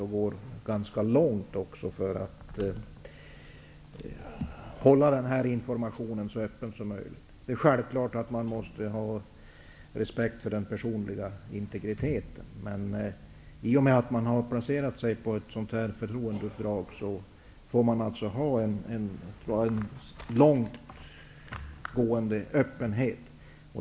Man går ganska långt när det gäller kravet på största möjliga öppenhet här. Det är självklart att man måste ha respekt för den personliga integriteten. Men i och med att vi ledamöter har antagit ett sådant här förtroendeuppdrag får vi finna oss i kravet på en långtgående öppenhet.